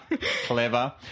clever